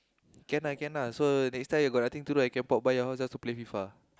can lah can lah so next time you got nothing to do I can pop by your house just to play fifa